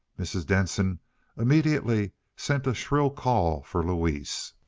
mrs. denson immediately sent a shrill call for louise.